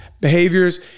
behaviors